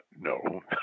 no